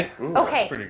okay